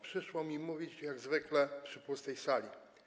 Przyszło mi mówić jak zwykle przy pustej sali.